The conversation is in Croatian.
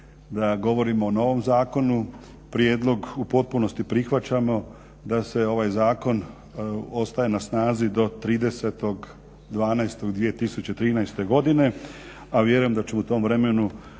da govorimo o novom zakonu, prijedlog u potpunosti prihvaćamo da ovaj zakon ostaje na snazi do 30.12.2013. godine, a vjerujem da ćemo u tom vremenu